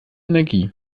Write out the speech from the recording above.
energie